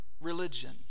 religion